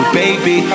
baby